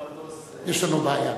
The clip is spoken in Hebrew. יש לנו בעיה.